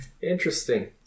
Interesting